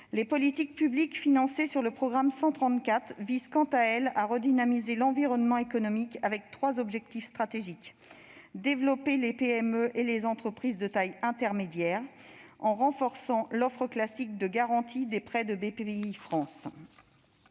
Les politiques publiques financées par le programme 134 visent, quant à elles, à redynamiser l'environnement économique, en ciblant trois objectifs stratégiques : développer les PME et les entreprises de taille intermédiaire, en renforçant l'offre classique de garantie des prêts de Bpifrance